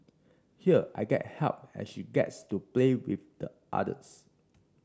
here I get help and she gets to play with the others